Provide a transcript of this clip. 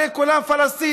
הרי כולם פלסטינים.